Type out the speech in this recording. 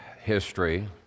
history